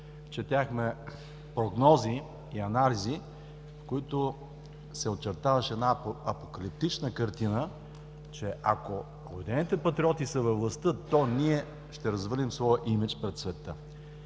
четяхме прогнози и анализи, в които се очертаваше една апокалиптична картина, че ако „Обединените патриоти“ са във властта, то ние ще развалим своя имидж пред света.